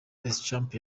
deschamps